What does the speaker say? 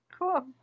Cool